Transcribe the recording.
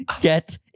get